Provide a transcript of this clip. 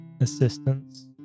assistance